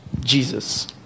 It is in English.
Jesus